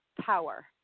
power